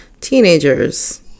Teenagers